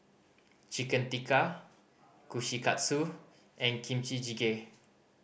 Chicken Tikka Kushikatsu and Kimchi Jjigae